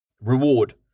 Reward